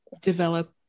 develop